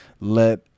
let